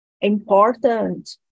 important